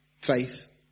faith